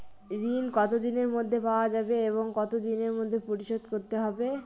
ঋণ কতদিনের মধ্যে পাওয়া যাবে এবং কত দিনের মধ্যে পরিশোধ করতে হবে?